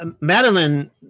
Madeline